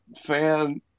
fan